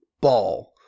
ball